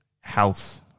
health